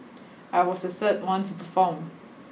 I was the third one to perform